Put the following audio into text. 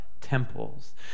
temples